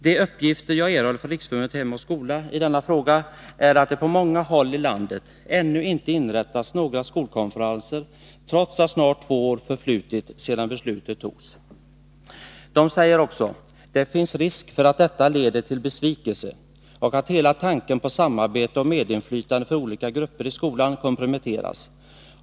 De uppgifter jag erhållit från Riksförbundet Hem och Skola i denna fråga är att det på många håll i landet ännu inte inrättats några skolkonferenser, trots att snart två år förflutit sedan beslutet togs. Riksförbundet Hem och Skola säger också: Det finns risk för att detta leder till besvikelse och att hela tanken på samarbete och medinflytande för olika grupper i skolan komprometteras.